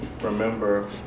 remember